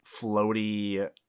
floaty